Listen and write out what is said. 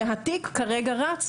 והתיק כרגע רץ,